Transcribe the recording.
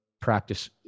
practice